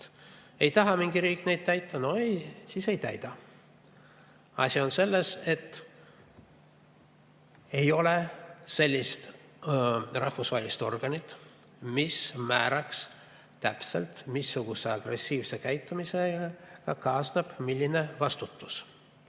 Ei taha mingi riik neid täita – no siis ei täida. Asi on selles, et ei ole sellist rahvusvahelist organit, mis määraks täpselt, missuguse agressiivse käitumisega kaasneb milline vastutus,